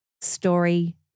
story